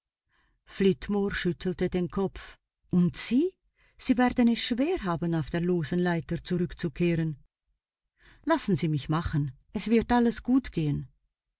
schüttelte den kopf und sie sie werden es schwer haben auf der losen leiter zurückzukehren lassen sie mich machen es wird alles gut gehen